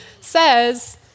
says